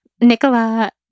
Nicola